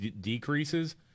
decreases